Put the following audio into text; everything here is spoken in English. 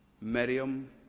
Miriam